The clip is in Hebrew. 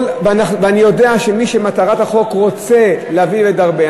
אני יודע שמטרת החוק היא לדרבן,